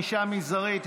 ענישה מזערית),